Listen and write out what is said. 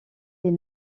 est